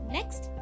Next